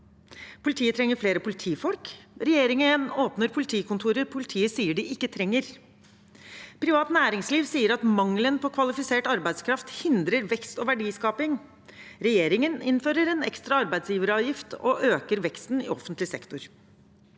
Politiet trenger flere politifolk. Regjeringen åpner politikontorer politiet sier de ikke trenger. Privat næringsliv sier at mangelen på kvalifisert arbeidskraft hindrer vekst og verdiskaping. Regjeringen innfører en ekstra arbeidsgiveravgift og øker veksten i offentlig sektor.